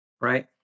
Right